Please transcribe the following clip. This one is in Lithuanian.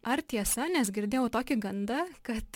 ar tiesa nes girdėjau tokį gandą kad